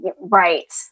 Right